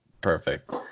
Perfect